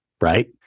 right